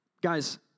Guys